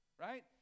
right